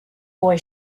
boy